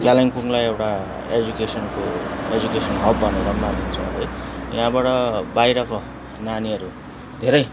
कालिम्पोङलाई एउटा एडुकेसनको एडुकेसन हब भनेर मानिन्छ है यहाँबाट बाहिरको नानीहरू धेरै